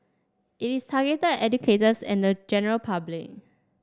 it is targeted at educators and the general public